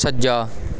ਸੱਜਾ